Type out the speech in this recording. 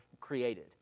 created